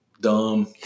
dumb